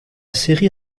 série